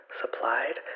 supplied